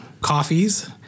coffees